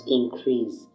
increase